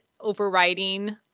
overriding